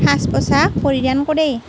সাজ পোছাক পৰিধান কৰে